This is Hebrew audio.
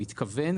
הוא התכוון?